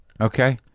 Okay